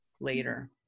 later